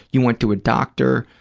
you went to a doctor.